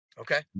Okay